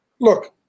look